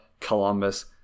Columbus